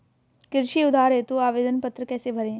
कृषि उधार हेतु आवेदन पत्र कैसे भरें?